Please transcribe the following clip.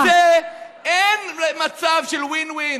אבל במקרה הזה אין מצב של win-win.